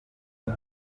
uko